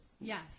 Yes